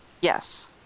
Yes